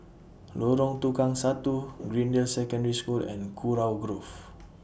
Lorong Tukang Satu Greendale Secondary School and Kurau Grove